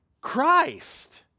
Christ